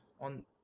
on